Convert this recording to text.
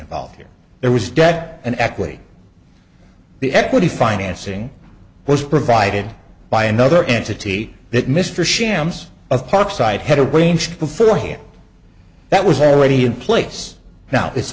involved there was debt and equity the equity financing was provided by another entity that mr shams of parkside had a range before here that was already in place now it's